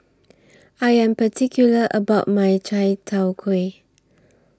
I Am particular about My Chai Tow Kway